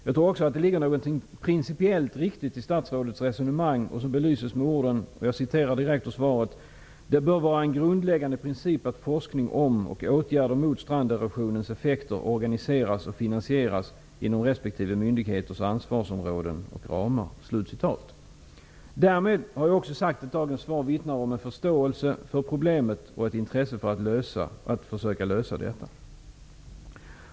Jag tror också att det ligger någonting principiellt riktigt i statsrådets resonemang, något som jag vill belysa med följande ord ur hennes svar: ''Det bör -- vara en grundläggande princip att forskning om och åtgärder mot stranderosionens effekter organiseras och finansieras inom respektive myndigheters ansvarsområden och ramar.'' Därmed har jag också sagt att dagens svar vittnar om en förståelse för problemet och ett intresse för att försöka lösa det.